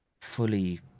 fully